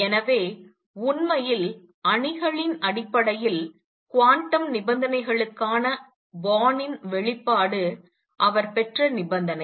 எனவே உண்மையில் அணிகளின் அடிப்படையில் குவாண்டம் நிபந்தனைகளுக்கான போர்னின் வெளிப்பாடு அவர் பெற்ற நிபந்தனை